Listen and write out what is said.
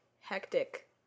hectic